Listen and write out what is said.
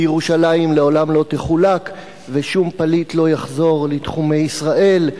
וירושלים לעולם לא תחולק ושום פליט לא יחזור לתחומי ישראל,